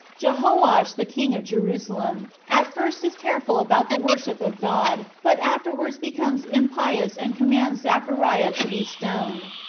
jehoash the king of jerusalem at first is careful about the worship of god but afterwards becomes impious and commands zechariah to be stoned.